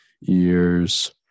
years